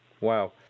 Wow